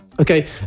okay